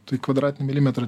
tai į kvadratinį milimetrą